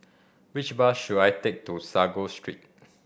which bus should I take to Sago Street